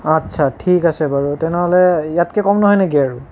আচ্ছা ঠিক আছে বাৰু তেনেহ'লে ইয়াতকৈ কম নহয় নেকি আৰু